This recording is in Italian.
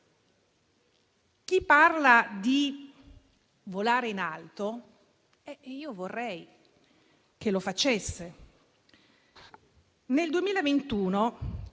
Chi parla di volare in alto, vorrei che lo facesse. Nel 2021